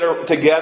together